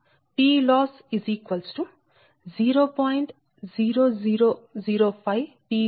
00008 Pg22 తీసుకోండి